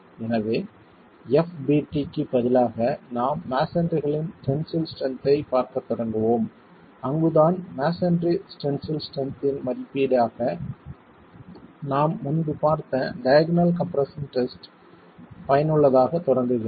எனவே fbt க்கு பதிலாக நாம் மஸோன்றிகளின் டென்சில் ஸ்ட்ரென்த் ஐப் பார்க்கத் தொடங்குவோம் அங்குதான் மஸோன்றி டென்சில் ஸ்ட்ரென்த் இன் மதிப்பீட்டாக நாம் முன்பு பார்த்த டயகனல் கம்ப்ரெஸ்ஸன் டெஸ்ட் பயனுள்ளதாகத் தொடங்குகிறது